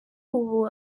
ubu